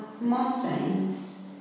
mountains